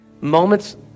Moments